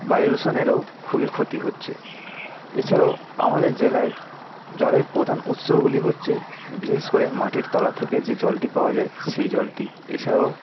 বায়ু দূষণেরও খুবই ক্ষতি হচ্ছে এছাড়াও আমাদের জেলায় জলের প্রধান উৎসগুলি হচ্ছে বিশেষ করে মাটির তলা থেকে যে জলটি পাওয়া যায় সেই জলটি এছাড়াও